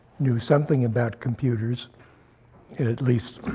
knew something about computers and at least